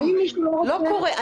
לא קורה.